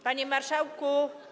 Panie Marszałku!